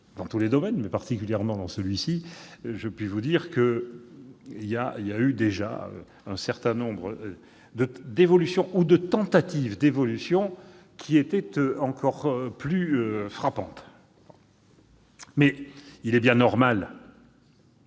dans tous les domaines, mais particulièrement dans celui-ci -, je puis vous dire qu'il y a eu un certain nombre d'évolutions ou de tentatives d'évolution qui étaient encore plus frappantes. Il est bien normal